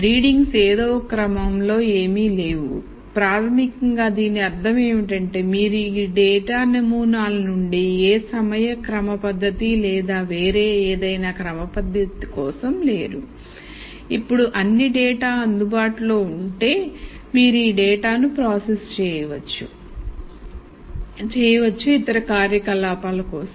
readings ఏదో ఒక క్రమంలో ఏమీ లేవు ప్రాథమికంగా దీని అర్థం ఏమిటంటే మీరు ఈ డేటా నమూనాల నుండి ఏ సమయ క్రమ పద్ధతి లేదా వేరే ఏదైనా క్రమపద్ధతి కోసం లేరు ఇప్పుడు అన్ని డేటా అందుబాటులో ఉంటే మీరు ఈ డేటాను ప్రాసెస్ చేయవచ్చు ఇతర కార్యకలాపాల కోసం